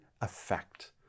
effect